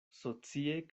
socie